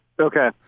Okay